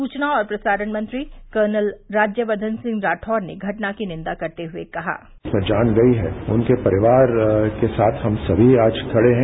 सूचना और प्रसारण मंत्री कर्नल राज्यकर्धन राठौड़ ने घटना की निंदा करते हुए कहा जो जाने गई हैं उनके परिवार के साथ हम समी आज खड़े हैं